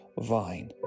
vine